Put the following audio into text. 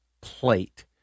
plate